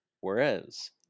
Whereas